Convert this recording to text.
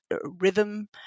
rhythm